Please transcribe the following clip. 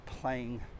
playing